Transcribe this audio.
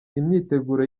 imyiteguro